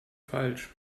falsch